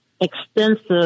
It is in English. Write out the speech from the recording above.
extensive